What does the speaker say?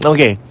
Okay